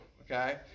okay